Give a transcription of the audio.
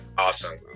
Awesome